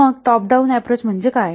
मग top down approach म्हणजे काय